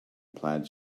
plaid